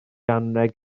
anrheg